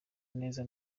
neza